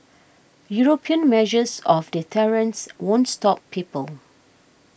European measures of deterrence won't stop people